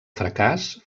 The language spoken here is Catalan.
fracàs